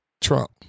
Trump